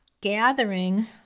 gathering